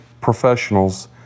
professionals